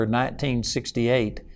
1968